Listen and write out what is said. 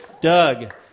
Doug